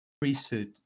priesthood